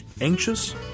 Anxious